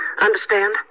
Understand